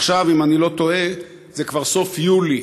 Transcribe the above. עכשיו אם אני לא טועה זה כבר סוף יולי,